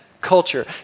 culture